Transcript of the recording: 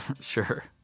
Sure